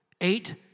Eight